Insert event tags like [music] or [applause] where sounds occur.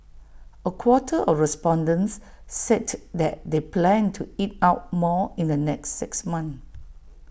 A quarter of respondents said [noise] that they plan to eat out more in the next six months